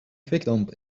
kwikdamp